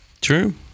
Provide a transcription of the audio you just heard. True